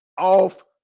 off